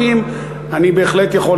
יש לו היבטים רבים,